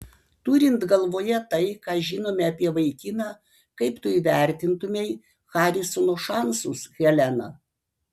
turint galvoje tai ką žinome apie vaikiną kaip tu įvertintumei harisono šansus helena